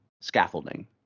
scaffolding